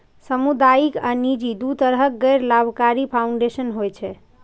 सामुदायिक आ निजी, दू तरहक गैर लाभकारी फाउंडेशन होइ छै